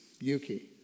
Yuki